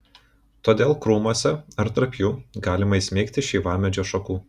todėl krūmuose ar tarp jų galima įsmeigti šeivamedžio šakų